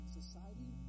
society